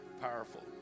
powerful